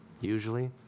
usually